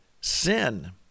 sin